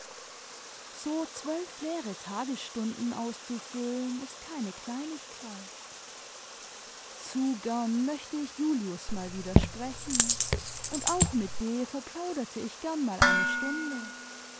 so zwölf leere tagesstunden auszufüllen ist keine kleinigkeit zu gern möchte ich julius mal wieder sprechen und auch mit d verplauderte ich gern mal eine stunde